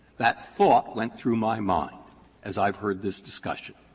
that thought went through my mind as i've heard this discussion.